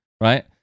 right